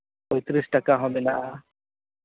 ᱯᱚᱸᱭᱛᱨᱤᱥ ᱴᱟᱠᱟ ᱦᱚᱸ ᱢᱮᱱᱟᱜᱼᱟ